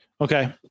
Okay